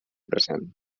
present